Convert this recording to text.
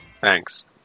Thanks